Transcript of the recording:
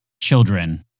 children